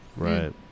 Right